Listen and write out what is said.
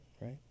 right